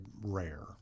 rare